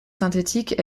synthétiques